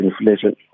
inflation